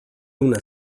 una